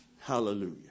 Hallelujah